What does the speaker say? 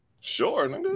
Sure